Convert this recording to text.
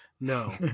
No